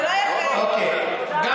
זה לא יפה להגיד ככה.